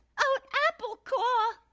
a apple core.